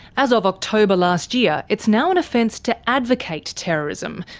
as of october last year, it's now an offence to advocate terrorism,